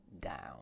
down